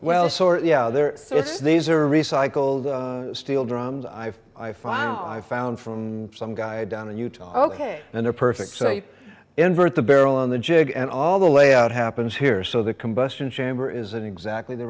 it's these are recycled steel drums i've i found i found from some guy down in utah ok and they're perfect shape invert the barrel on the jig and all the way out happens here so the combustion chamber isn't exactly the